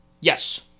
Yes